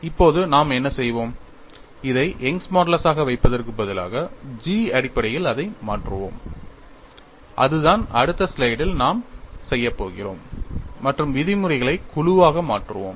இப்போது நாம் என்ன செய்வோம் இதை யங்கின் மாடுலஸாக Young's modulus வைப்பதற்கு பதிலாக G அடிப்படையில் அதை மாற்றுவோம் அதுதான் அடுத்த ஸ்லைடில் நாம் செய்யப்போகிறோம் மற்றும் விதிமுறைகளை குழுவாக மாற்றுவோம்